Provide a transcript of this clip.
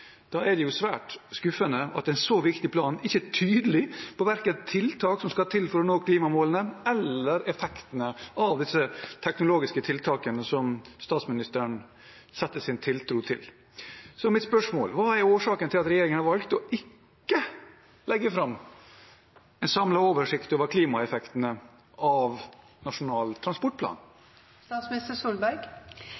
Da er det svært skuffende at en så viktig plan ikke er tydelig, verken på tiltak som skal til for å nå klimamålene, eller på effektene av disse teknologiske tiltakene som statsministeren setter sin tiltro til. Så mitt spørsmål er: Hva er årsaken til at regjeringen har valgt ikke å legge fram en samlet oversikt over klimaeffektene av Nasjonal transportplan?